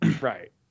Right